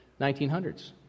1900s